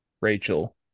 Rachel